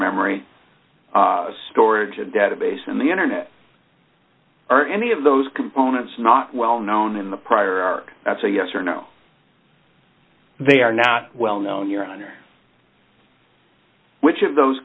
memory storage a database and the internet or any of those components not well known in the prior arc that's a yes or no they are not well known your honor which of those